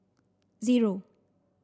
zero